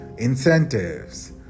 incentives